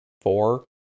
four